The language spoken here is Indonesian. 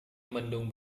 mendung